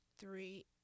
three